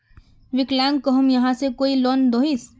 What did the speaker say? विकलांग कहुम यहाँ से कोई लोन दोहिस?